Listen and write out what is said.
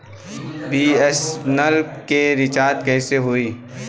BSNL के recharge कैसे होयी?